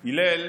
הלל,